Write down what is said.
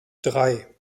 drei